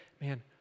man